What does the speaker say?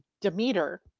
Demeter